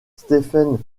stephen